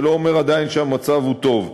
זה לא אומר עדיין שהמצב טוב.